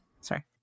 sorry